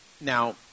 Now